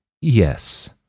Yes